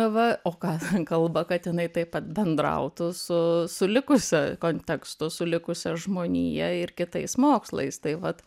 va o ką ten kalba kad jinai taip pat bendrautų su su likusia kontekstu su likusia žmonija ir kitais mokslais tai vat